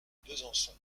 besançon